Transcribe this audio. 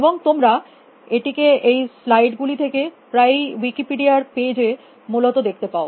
এবং তোমরা এটিকে এই স্লাইড গুলি থেকে প্রায়ই উইকিপিডিয়া র পেজ এ মূলত দেখতে পাও